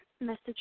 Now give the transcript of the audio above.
message